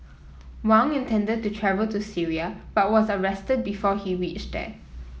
Wang intended to travel to Syria but was arrested before he reached there